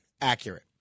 accurate